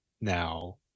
now